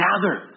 gather